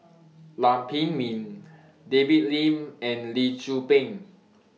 Lam Pin Min David Lim and Lee Tzu Pheng